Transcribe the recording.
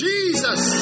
Jesus